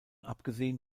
abgesehen